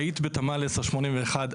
היית בתמ"ל 10/81,